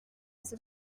ces